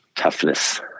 toughness